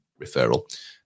referral